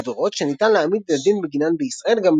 של עבירות שניתן להעמיד לדין בגינן בישראל,